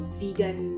vegan